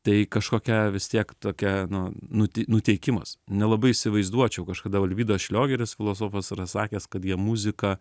tai kažkokia vis tiek tokia nu nu nuteikimas nelabai įsivaizduočiau kažkada olvydas šliogeris filosofas yra sakęs kad jam muzika